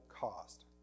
cost